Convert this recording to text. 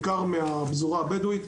בעיקר מהפזורה הבדווית.